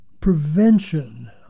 prevention